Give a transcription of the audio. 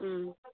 ம்